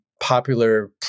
popular